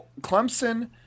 Clemson